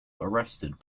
arrested